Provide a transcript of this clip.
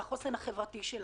היא חשובה לחוסן החברתי שלנו.